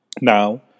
Now